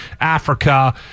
Africa